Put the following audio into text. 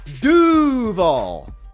Duval